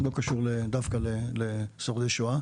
לאו דווקא קשור לשורדי שואה,